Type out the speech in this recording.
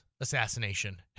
assassination